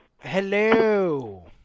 Hello